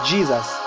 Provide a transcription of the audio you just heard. Jesus